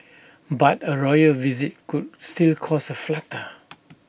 but A royal visit could still cause A flutter